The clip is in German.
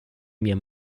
mir